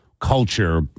culture